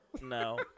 No